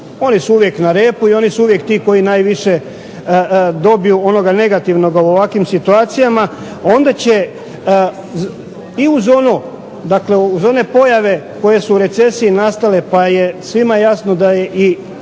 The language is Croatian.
oni su uvijek na repu, i oni su uvijek ti koji najviše dobiju onoga negativnoga u ovakvim situacijama, onda će i uz ono, dakle uz one pojave koje su u recesiji nastale, pa je svima jasno da je i